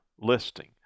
listing